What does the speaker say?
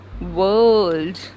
world